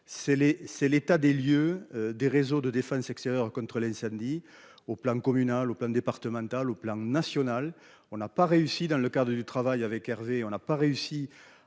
c'est l'état des lieux des réseaux de défense extérieure contre l'incendie. Au plan communal au plan départemental au plan national, on n'a pas réussi dans le quart de, du travail avec Hervé, on n'a pas réussi